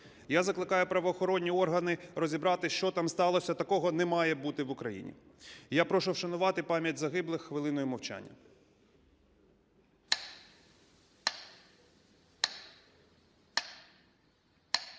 Я закликаю правоохоронні органи розібратися, що там сталося, такого не має бути в Україні. І я прошу вшанувати пам'ять загиблих хвилиною мовчання.